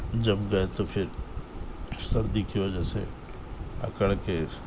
جب گئے تو پھر سردی کی وجہ سے اکڑ کے